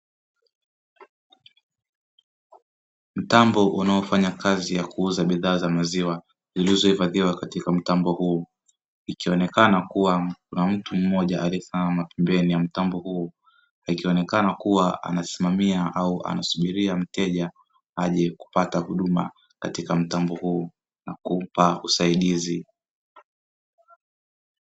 Mtambo unafanya kazi ya kuuza bidhaa za maziwa zilizohifadhiwa katika mtambo huu. Ikionekana kuwa kuna mmoja aliyesimama pembeni ya mtambo huu, akionekana kuwa anasimamia au anasubilia mteja aje kupata huduma na kumpa usaidizi.